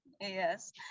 Yes